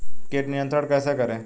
कीट नियंत्रण कैसे करें?